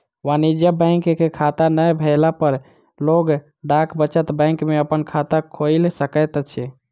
वाणिज्य बैंक के खाता नै भेला पर लोक डाक बचत बैंक में अपन खाता खोइल सकैत अछि